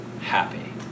happy